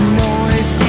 noise